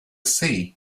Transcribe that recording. sea